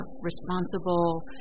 responsible